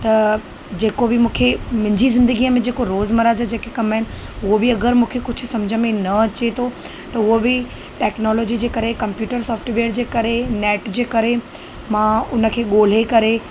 त जेको बि मूंखे मुंहिंजी ज़िंदगीअ में जेको रोज़मरह जा जेके कमु आहिनि उहो बि अगरि मूंखे कुझु सम्झ में न अचे थो त उहो बि टेक्नोलोजी जे करे कंप्यूटर सॉफ्टवेयर जे करे नैट जे करे मां उन खे ॻोल्हे करे